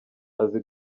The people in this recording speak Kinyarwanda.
azi